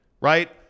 right